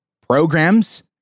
programs